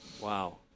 Wow